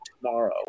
tomorrow